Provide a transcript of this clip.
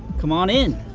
come on in.